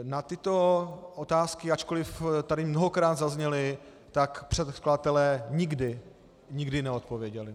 Na tyto otázky, ačkoliv tady mnohokrát zazněly, tak předkladatelé nikdy neodpověděli.